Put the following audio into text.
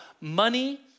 money